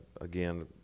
again